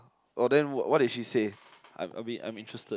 oh then what did she say I admit I'm interested